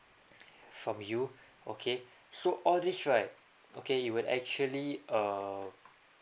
from you okay so all these right okay you will actually err